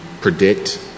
predict